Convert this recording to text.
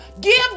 Give